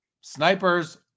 snipers